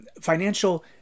financial